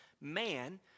man